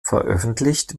veröffentlicht